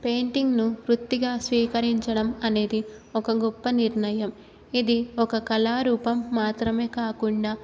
పెయింటింగ్ను వృత్తిగా స్వీకరించడం అనేది ఒక గొప్ప నిర్ణయం ఇది ఒక కళారూపం మాత్రమే కాకుండా